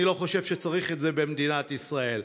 אני לא חושב שצריך את זה במדינת ישראל.